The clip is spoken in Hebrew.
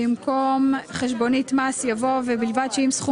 במקום "חשבונית מס" יבוא "ובלבד שאם סכום